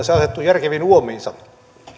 se asettuu järkeviin uomiinsa